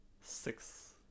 six